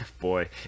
Boy